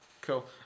Cool